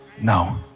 No